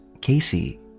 Casey